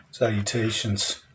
Salutations